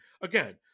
again